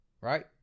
Right